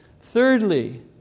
Thirdly